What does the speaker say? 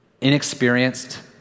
inexperienced